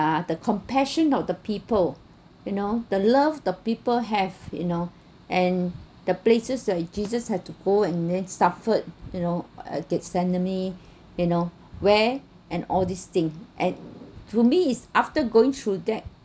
uh the compassion of the people you know the love the people have you know and the places that jesus had to go and then suffered you know at gethsemane you know where and all this thing at to me is after going through that